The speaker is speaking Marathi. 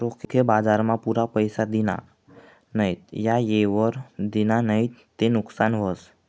रोखे बजारमा पुरा पैसा दिना नैत का येयवर दिना नैत ते नुकसान व्हस